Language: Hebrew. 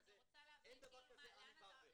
אין דבר כזה עמי ברבר.